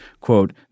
Quote